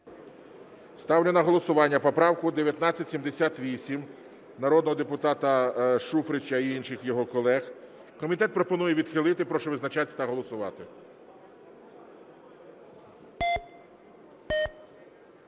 Ставлю на голосування поправку 1978 народного депутата Шуфрича і інших його колег. Комітет пропонує відхилити. Прошу визначатись та голосувати.